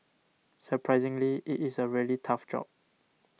surprisingly it is a really tough job